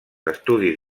estudis